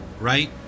right